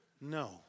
No